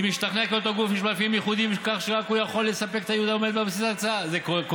מאה